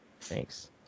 thanks